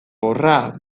horra